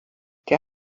der